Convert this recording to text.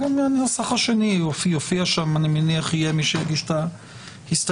גם הנוסח השני יופיע יהיה מי שיגיש את ההסתייגויות.